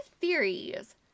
theories